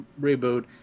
reboot